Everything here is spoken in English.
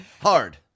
Hard